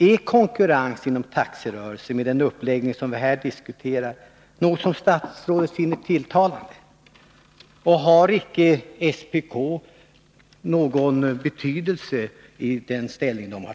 Är konkurrens inom taxirörelsen, med den uppläggning som vi här diskuterar, något som statsrådet finner tilltalande? Fäster statsrådet något avseende vid den inställning SPK har?